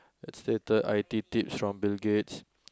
is stated i_t tips bill-gates